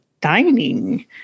dining